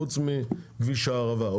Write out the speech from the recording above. חוץ מכביש הערבה.